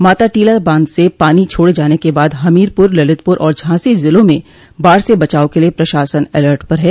माता टीला बांध से पानी छोड़े जाने के बाद हमीरपुर ललितपुर और झांसी जिलों में बाढ़ से बचाव के लिये प्रशासन अलर्ट पर है